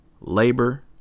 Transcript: labor